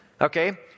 okay